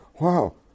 wow